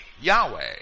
Yahweh